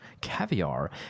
Caviar